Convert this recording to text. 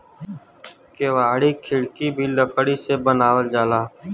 केवाड़ी खिड़की भी लकड़ी से बनावल जाला